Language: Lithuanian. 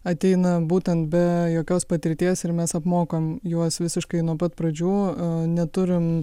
ateina būtent be jokios patirties ir mes apmokom juos visiškai nuo pat pradžių neturim